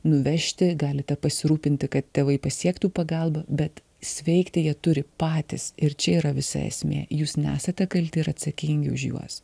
nuvežti galite pasirūpinti kad tėvai pasiektų pagalbą bet sveikti jie turi patys ir čia yra visa esmė jūs nesate kalti ir atsakingi už juos